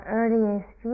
earliest